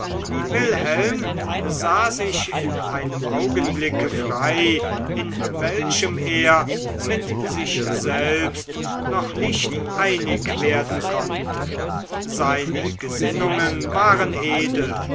wilhelm sah sich in einem augenblicke frei in welchem er mit sich selbst noch nicht einig werden konnte seine gesinnungen waren edel